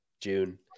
June